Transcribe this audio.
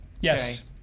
Yes